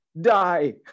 die